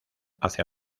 hacia